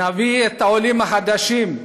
נביא את העולים החדשים,